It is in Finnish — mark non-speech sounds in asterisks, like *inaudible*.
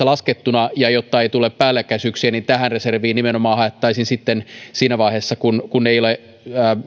*unintelligible* laskettu ja jotta ei tule päällekkäisyyksiä niin tähän reserviin nimenomaan haettaisiin sitten siinä vaiheessa kun kun ei ole